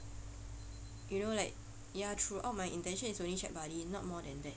you know like ya throughout my intentions is only chat buddy not more than that